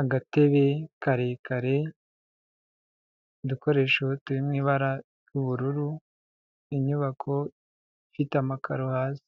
Agatebe karekare udukoresho turi mu ibara ry'ubururu, inyubako ifite amakaro hasi